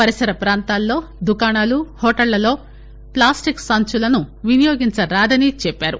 పరిసర పాంతాల్లో దుకాణాలు హెూటళ్లలో ఫ్లాస్టిక్ సంచులను వినియోగించరాదని చెప్పారు